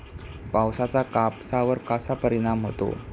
पावसाचा कापसावर कसा परिणाम होतो?